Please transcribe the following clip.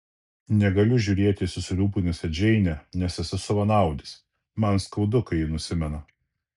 negaliu žiūrėti į susirūpinusią džeinę nes esu savanaudis man skaudu kai ji nusimena